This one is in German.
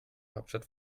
hauptstadt